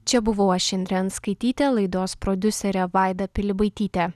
čia buvau aš indrė anskaitytė laidos prodiuserė vaida pilibaitytė